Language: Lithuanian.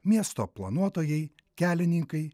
miesto planuotojai kelininkai